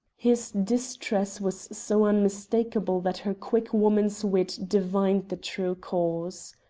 his distress was so unmistakable that her quick woman's wit divined the true cause.